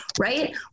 right